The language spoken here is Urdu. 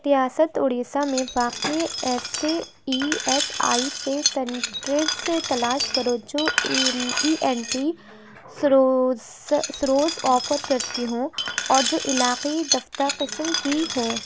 ریاست اڑیسہ میں واقع ایس ای ایس آئی سے سینٹریس تلاش کرو جو E E N T services services offer کرتی ہوں اور جو علاقائی دفتر قسم کی ہوں